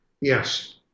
yes